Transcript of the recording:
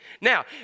Now